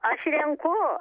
aš renku